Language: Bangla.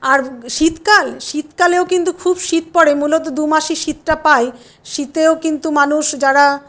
আর শীতকাল শীতকালেও কিন্তু খুব শীত পরে মূলত দুমাসই শীতটা পাই শীতেও কিন্তু মানুষ যারা